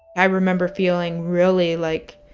i remember feeling really, like,